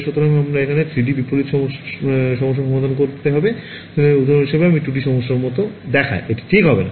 সুতরাং তখন আমাকে একটি 3 ডি বিপরীত সমস্যা সমাধান করতে হবে তবে উদাহরণ হিসাবে আমি এটি 2D সমস্যার মতো দেখায় এটি ঠিক হবে না